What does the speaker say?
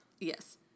Yes